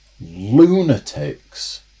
lunatics